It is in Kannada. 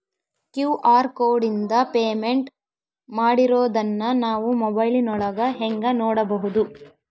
ಕ್ಯೂ.ಆರ್ ಕೋಡಿಂದ ಪೇಮೆಂಟ್ ಮಾಡಿರೋದನ್ನ ನಾವು ಮೊಬೈಲಿನೊಳಗ ಹೆಂಗ ನೋಡಬಹುದು?